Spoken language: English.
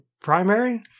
primary